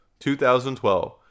2012